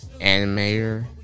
animator